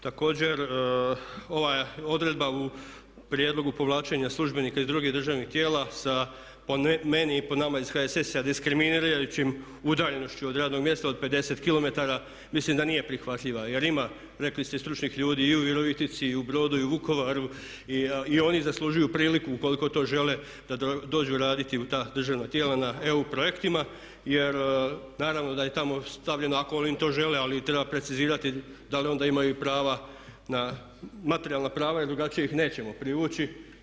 Također, ova odredba u prijedlogu povlačenja službenika iz drugih državnih tijela po meni i po nama iz HSS-a je diskriminirajuća udaljenošću od radnog mjesta od 50 kilometara, mislim da nije prihvatljiva jer ima rekli ste i stručnih ljudi i u Virovitici, i u Brodu, i u Vukovaru i oni zaslužuju priliku ukoliko to žele da dođu raditi u ta državna tijela na EU projektima jer naravno da je tamo stavljeno ako oni to žele, ali treba precizirati da li onda imaju i prava na, materijalna prava i drugačije ih nećemo privući.